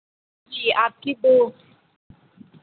जी आपकी वह